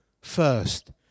first